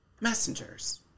messengers